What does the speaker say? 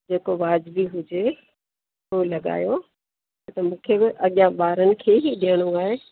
जेको वाजिबी हुजे उहो लॻायो त मूंखे बि अॻियां ॿारनि खे ई ॾियणो आहे